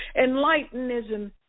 Enlightenism